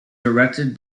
directed